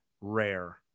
rare